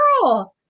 girl